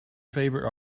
favorite